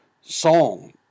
song